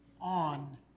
on